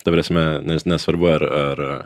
ta prasme nes nesvarbu ar ar